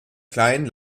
kleinen